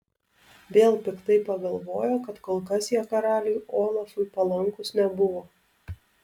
vėl piktai pagalvojo kad kol kas jie karaliui olafui palankūs nebuvo